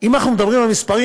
אם אנחנו מדברים על מספרים,